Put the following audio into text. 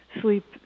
sleep